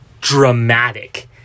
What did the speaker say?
dramatic